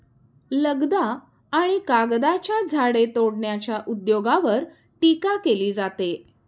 लगदा आणि कागदाच्या झाडे तोडण्याच्या उद्योगावर टीका केली जाते